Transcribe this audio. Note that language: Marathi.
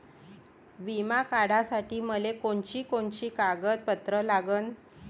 बिमा काढासाठी मले कोनची कोनची कागदपत्र लागन?